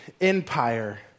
empire